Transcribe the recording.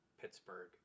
Pittsburgh